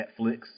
Netflix